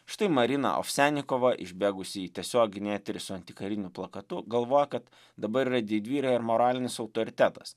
štai marina ofsenikova išbėgusi į tiesioginį eterį su antikariniu plakatu galvoja kad dabar yra didvyrė ir moralinis autoritetas